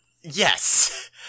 Yes